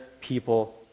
people